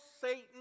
Satan